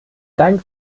dank